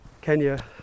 Kenya